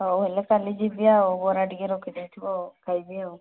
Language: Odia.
ହଉ ହେଲେ କାଲି ଯିବି ଆଉ ବରା ଟିକେ ରଖିଦେଇଥିବ ଆଉ ଖାଇବି ଆଉ